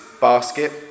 basket